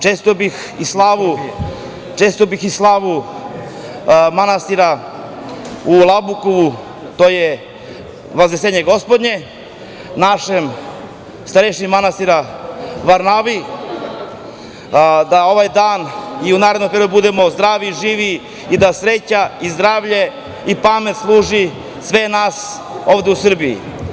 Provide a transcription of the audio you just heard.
Čestitao bih i slavu manastira u Labukovu, to je Vaznesenje Gospodnje, našem starešini manastira Varnavi, da na ovaj dan i u narednom periodu budemo zdravi i živi i da sreća i zdravlje i pamet služi sve nas ovde u Srbiji.